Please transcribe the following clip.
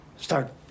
Start